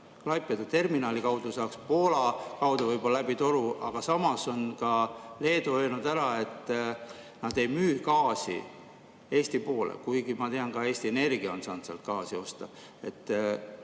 Klaipeda terminali kaudu saaks Poola kaudu läbi toru. Aga samas on Leedu öelnud, et nad ei müü gaasi Eesti poole, kuigi ma tean, et Eesti Energia on saanud sealt gaasi osta.